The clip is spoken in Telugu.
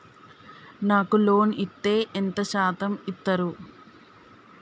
నాకు లోన్ ఇత్తే ఎంత శాతం ఇత్తరు?